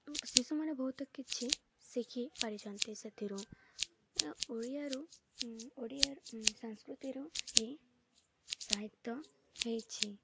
ଶିଶୁମାନେ ବହୁତ କିଛି ଶିଖି ପାରିଛନ୍ତି ସେଥିରୁ ଓଡ଼ିଆରୁ ଓଡ଼ିଆ ସଂସ୍କୃତିରୁ ହିଁ ସାହିତ୍ୟ ହେଇଛି